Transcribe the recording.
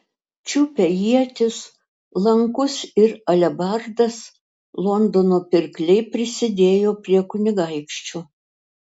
čiupę ietis lankus ir alebardas londono pirkliai prisidėjo prie kunigaikščio